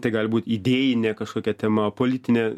tai gali būt idėjinė kažkokia tema politinė